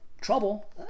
trouble